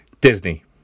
Disney